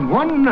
one